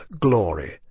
glory